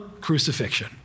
crucifixion